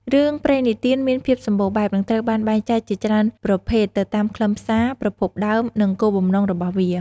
រឿងព្រេងនិទានមានភាពសម្បូរបែប និងត្រូវបានបែងចែកជាច្រើនប្រភេទទៅតាមខ្លឹមសារ ប្រភពដើម និងគោលបំណងរបស់វា ។